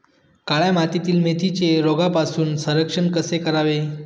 काळ्या मातीतील मेथीचे रोगापासून संरक्षण कसे करावे?